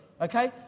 okay